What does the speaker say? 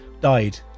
died